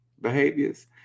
behaviors